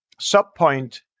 sub-point